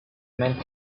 meant